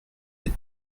les